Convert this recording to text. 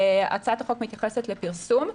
הצעת החוק מתייחסת לפרסום.